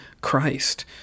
Christ